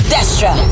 Destra